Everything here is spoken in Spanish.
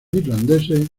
irlandeses